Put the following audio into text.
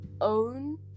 own